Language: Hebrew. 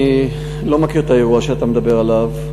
אני לא מכיר את האירוע שאתה מדבר עליו.